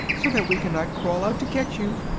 so that we can not crawl out to get you.